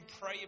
pray